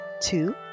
Two